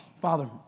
Father